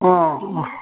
ହଁ ହଁ